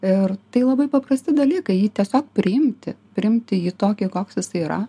ir tai labai paprasti dalykai jį tiesiog priimti priimti jį tokį koks jis yra